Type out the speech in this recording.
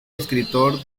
escritor